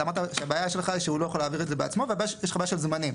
אמרת שהוא לא יכול להעביר את זה בעצמו ואמרת שיש בעיה של זמנים.